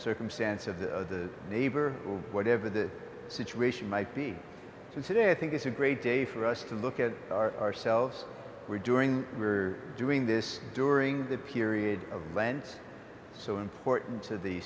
circumstance of the neighbor or whatever the situation might be considered i think it's a great day for us to look at our selves we're doing we're doing this during the period of lent so important to the